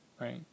right